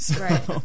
Right